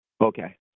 Okay